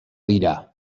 dira